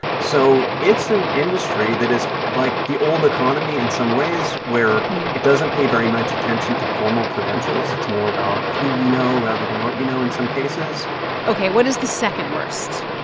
so it's an industry that is like the old economy in some ways, where it doesn't pay very much attention to formal credentials. it's more about who you know rather than what you know in some cases ok. what is the second-worst?